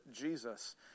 Jesus